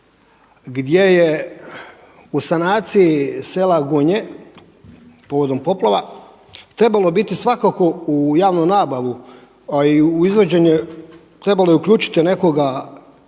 gdje je u sanaciji sela Gunje povodom poplava trebalo biti svakako u javnu nabavu, a i u izvođenje trebalo je uključiti nekoga tko nije